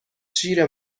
شیر